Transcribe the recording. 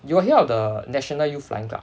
you got hear of the national youth flying club